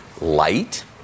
light